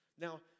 Now